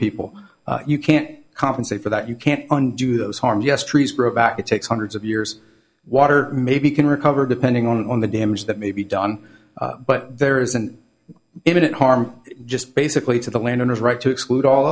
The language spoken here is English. people you can't compensate for that you can't undo those harm yes trees grow back it takes hundreds of years water maybe can recover depending on the damage that may be done but there is an imminent harm just basically to the landowners right to exclude all